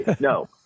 No